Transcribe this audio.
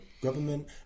government